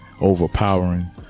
Overpowering